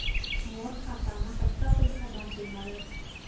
मोर खाता मा कतका पइसा बांचे हवय?